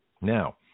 Now